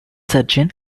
surgeon